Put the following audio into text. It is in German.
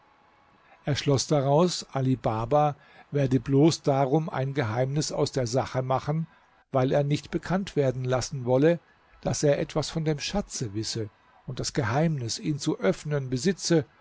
er schloß daraus ali baba werde bloß darum ein geheimnis aus der sache machen weil er nicht bekannt werden lassen wolle daß er etwas von dem schatze wisse und das geheimnis ihn zu öffnen besitze